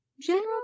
General